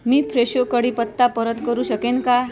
मी फ्रेशो कढीपत्ता परत करू शकेन का